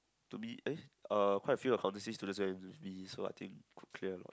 to be eh uh quite few accountancy students where we be so I think could clear a lot